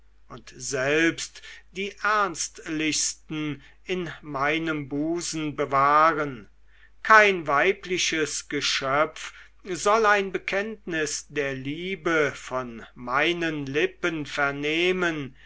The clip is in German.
und selbst die ernstlichsten in meinem busen bewahren kein weibliches geschöpf soll ein bekenntnis der liebe von meinen lippen vernehmen